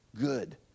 good